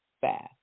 fast